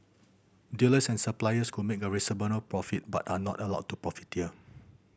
dealers and suppliers could make a reasonable profit but are not allowed to profiteer